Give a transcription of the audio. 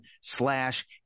slash